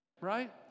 Right